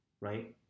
right